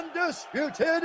undisputed